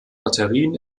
batterien